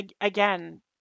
Again